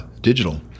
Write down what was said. digital